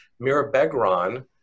mirabegron